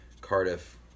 Cardiff